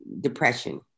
depression